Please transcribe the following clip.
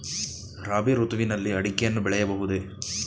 ರಾಬಿ ಋತುವಿನಲ್ಲಿ ಅಡಿಕೆಯನ್ನು ಬೆಳೆಯಬಹುದೇ?